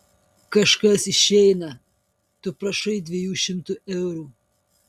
kažkas išeina tu prašai dviejų šimtų eurų